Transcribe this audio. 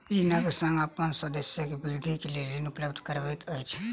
ऋण संघ अपन सदस्यक वृद्धिक लेल ऋण उपलब्ध करबैत अछि